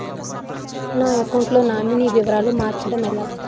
నా అకౌంట్ లో నామినీ వివరాలు మార్చటం ఎలా?